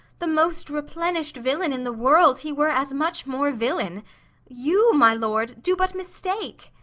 the most replenish'd villain in the world, he were as much more villain you, my lord, do but mistake.